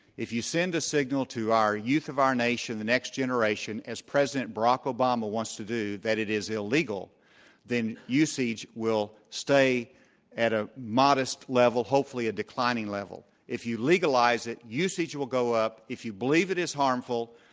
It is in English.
if you send a signal to our youth of our nation, the next generation, as president barack obama wants to do, that it is illegal then usage will stay at a modest level, hopefully a declining level. if you legalize it, usage will go up. if you believe it is harmful,